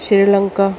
Sri Lanka